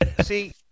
see